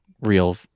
real